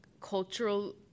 cultural